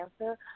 answer